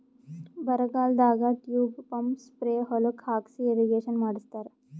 ಬರಗಾಲದಾಗ tube pump spray ಹೊಲಕ್ಕ್ ಹಾಕಿಸಿ ಇರ್ರೀಗೇಷನ್ ಮಾಡ್ಸತ್ತರ